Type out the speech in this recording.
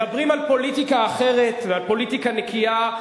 מדברים על פוליטיקה אחרת ועל פוליטיקה נקייה,